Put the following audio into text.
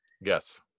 Yes